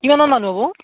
কিমানমান মানুহ হ'ব